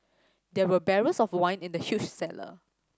there were barrels of wine in the huge cellar